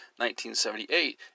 1978